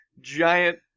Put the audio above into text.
giant